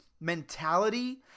mentality